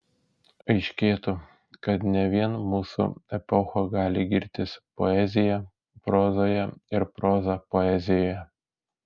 aiškėtų kad ne vien mūsų epocha gali girtis poezija prozoje ir proza poezijoje